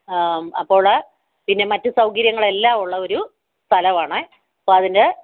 അപ്പോള് പിന്നെ മറ്റ് സൗകര്യങ്ങള് എല്ലാം ഉള്ളൊരു സ്ഥലവാണ് അപ്പം അതിൻ്റെ